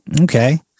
Okay